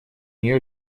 нее